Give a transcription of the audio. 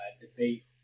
debate